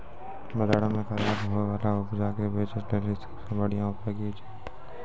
बजारो मे खराब होय बाला उपजा के बेचै लेली सभ से बढिया उपाय कि छै?